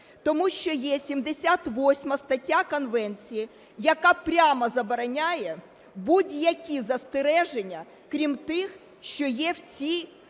Тому що є 78 стаття конвенції, яка прямо забороняє будь-які застереження, крім тих, що є в цій конвенції